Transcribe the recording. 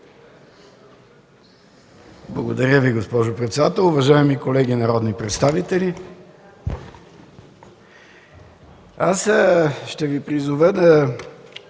Благодаря Ви, госпожо председател. Уважаеми колеги народни представители, аз ще Ви призова да